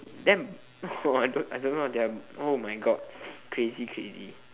damn !wah! I don't I don't know ah they're oh my god crazy crazy